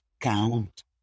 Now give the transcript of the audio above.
count